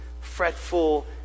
fretful